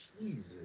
Jesus